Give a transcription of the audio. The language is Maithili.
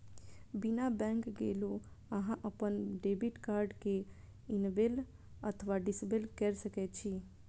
बिना बैंक गेलो अहां अपन डेबिट कार्ड कें इनेबल अथवा डिसेबल कैर सकै छी